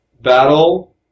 battle